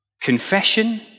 Confession